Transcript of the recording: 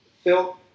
Phil